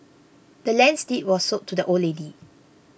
the land's deed was sold to the old lady